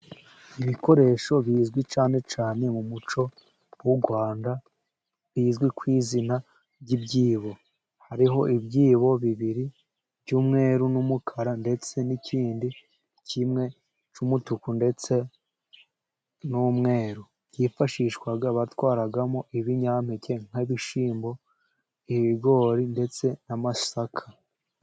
Ibikoresho bizwi cyane cyane mu muco w'u Rwanda, bizwi ku izina ry'ibyibo, hariho ibyibo bibiri by'umweru n'umukara ndetse n'ikindi kimwe cy'umutuku ndetse n'umweru, byifashishwa batwaramo ibinyampeke nk'ibishyimbo, ibigori ndetse n'amasaka.